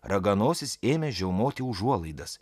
raganosis ėmė žiaumoti užuolaidas